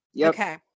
Okay